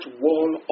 wall